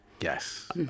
Yes